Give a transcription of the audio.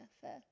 fair